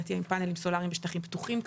תהיה עם פאנלים סולאריים בשטחים פתוחים כמובן.